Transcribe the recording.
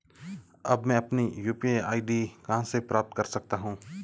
अब मैं अपनी यू.पी.आई आई.डी कहां से प्राप्त कर सकता हूं?